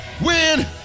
win